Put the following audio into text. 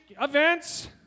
events